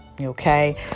Okay